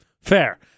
Fair